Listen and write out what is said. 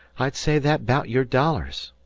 i'd say that baout your dollars.